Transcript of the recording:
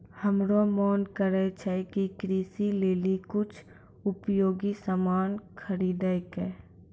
हमरो मोन करै छै कि कृषि लेली कुछ उपयोगी सामान खरीदै कै